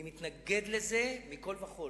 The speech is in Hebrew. אני מתנגד לזה מכול וכול.